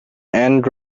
and